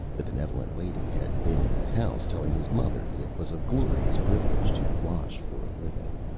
the benevolent lady had been in the house telling his mother that it was a glorious privilege to wash for a living.